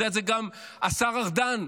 יודע את זה גם השר ארדן,